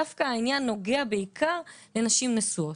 דווקא העניין נוגע בעיקר לנשים נשואות,